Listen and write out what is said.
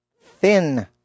Thin